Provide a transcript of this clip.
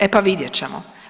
E pa vidjet ćemo.